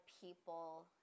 people